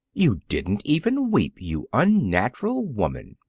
you didn't even weep, you unnatural woman!